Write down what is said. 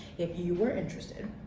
if you were interested.